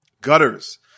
gutters